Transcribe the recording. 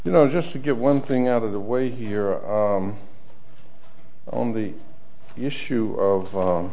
you know just to get one thing out of the way here on the issue of